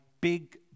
big